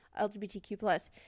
LGBTQ+